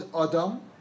Adam